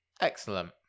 excellent